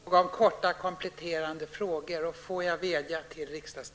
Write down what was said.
Jag vill erinra om att talarna i denna omgång får ordet för korta kompletterande frågor.